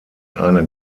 eine